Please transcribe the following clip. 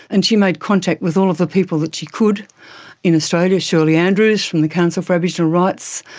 and she made contact with all of the people that she could in australia shirley andrews from the council for aboriginal rights,